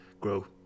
grow